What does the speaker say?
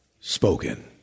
spoken